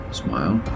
smile